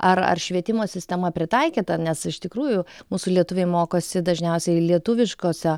ar ar švietimo sistema pritaikyta nes iš tikrųjų mūsų lietuviai mokosi dažniausiai lietuviškose